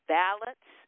balance